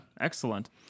Excellent